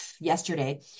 yesterday